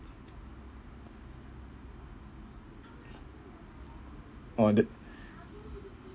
oh th~